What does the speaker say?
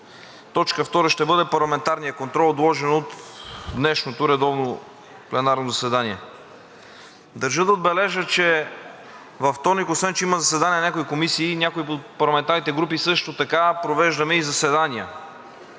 точка втора ще бъде Парламентарният контрол, отложена от днешното редовно пленарно заседание. Държа да отбележа, че във вторник, освен че има заседание на някои комисии, някои от парламентарните групи също така провеждаме и заседания,